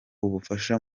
ubafasha